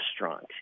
Restaurant